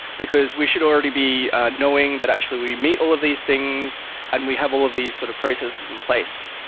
because we should already be knowing that actually we meet all of these things and we have all of these sort of process in place.